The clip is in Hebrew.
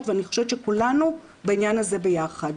ואני חושבת שכולנו בעניין הזה ביחד.